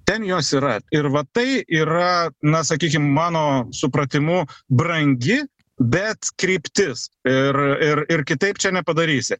ten jos yra ir va tai yra na sakykim mano supratimu brangi bet kryptis ir ir ir kitaip čia nepadarysi